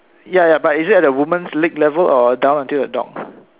ya ya but is it at the woman's leg level or down until the dog